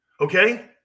Okay